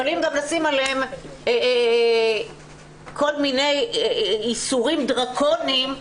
אבל אם גם נשים עליהם כל מיני איסורים דרקוניים,